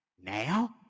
now